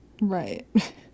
Right